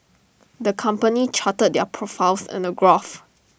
the company charted their profits in A graph